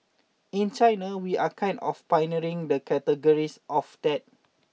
in China we are kind of pioneering the categories of that